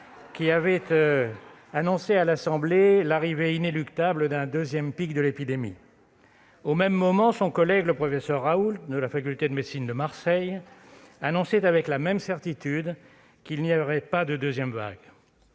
qui avait annoncé, à l'Assemblée nationale, l'arrivée inéluctable d'un deuxième pic de l'épidémie. Au même moment, son collègue, le professeur Raoult, de la faculté de médecine de Marseille, annonçait avec la même certitude qu'il n'y aurait pas de deuxième vague.